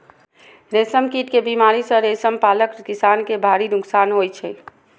रेशम कीट के बीमारी सं रेशम पालक किसान कें भारी नोकसान होइ छै